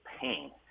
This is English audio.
pain